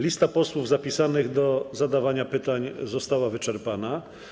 Lista posłów zapisanych do zadawania pytań została wyczerpana.